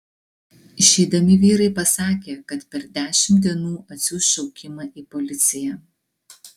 išeidami vyrai pasakė kad per dešimt dienų atsiųs šaukimą į policiją